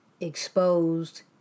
exposed